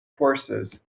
forces